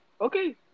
okay